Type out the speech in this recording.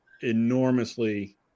enormously